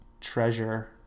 treasure